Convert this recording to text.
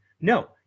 No